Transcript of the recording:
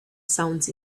sounds